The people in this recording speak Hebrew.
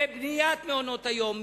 בבניית מעונות-היום,